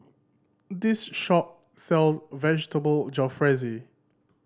this shop sells Vegetable Jalfrezi